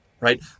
Right